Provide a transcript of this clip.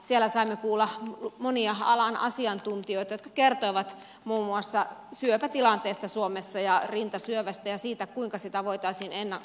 siellä saimme kuulla monia alan asiantuntijoita jotka kertoivat muun muassa syöpätilanteesta suomessa ja rintasyövästä ja siitä kuinka sitä voitaisiin ennalta ehkäistä